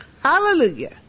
Hallelujah